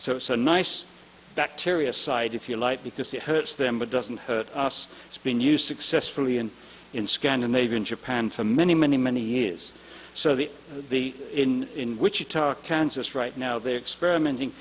so it's a nice bacteria side if you like because it hurts them but doesn't hurt us it's been used successfully and in scandinavia in japan for many many many years so the the in wichita kansas right now they're experimenting